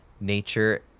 Nature